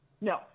no